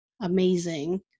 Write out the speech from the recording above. amazing